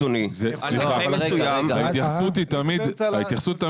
אדוני --- ההתייחסות היא תמיד לתגמול